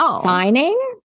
signing